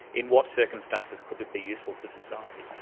in what circumstances could it be useful for society.